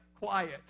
quiet